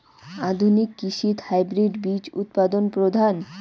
আধুনিক কৃষিত হাইব্রিড বীজ উৎপাদন প্রধান